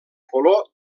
color